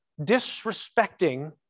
disrespecting